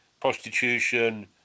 prostitution